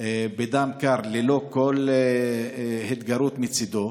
בדם קר ללא כל התגרות מצידו.